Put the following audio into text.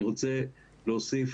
אני רוצה להוסיף